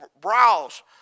browse